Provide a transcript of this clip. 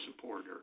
supporter